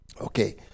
Okay